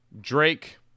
Drake